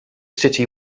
city